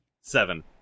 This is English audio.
Seven